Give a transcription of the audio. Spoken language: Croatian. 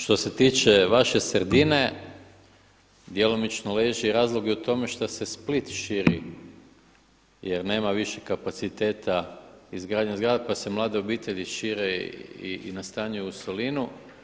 Što se tiče vaše sredine djelomično leži razlog i u tome što se Split širi, jer nema više kapaciteta izgradnje zgrada pa se mlade obitelji šire i na stanje u Solinu.